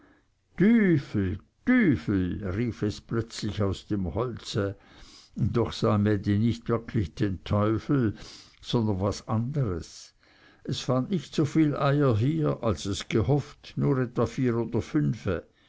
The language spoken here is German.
es plötzlich aus dem holze doch sah mädi nicht wirklich den teufel sondern was anderes es fand nicht so viel eier hier als es gehofft nur etwa vier oder fünfe